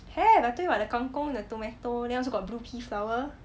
have I tell you what the kang kong the tomato and also got blue pea flower